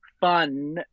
fun